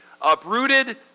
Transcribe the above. uprooted